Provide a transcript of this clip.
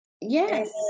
yes